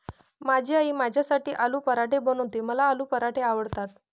माझी आई माझ्यासाठी आलू पराठे बनवते, मला आलू पराठे आवडतात